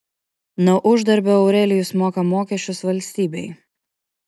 nuo uždarbio aurelijus moka mokesčius valstybei